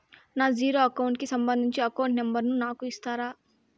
నా zero account కి సంబంధించి అకౌంట్ నెంబర్ ను నాకు ఇస్తారా